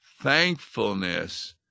thankfulness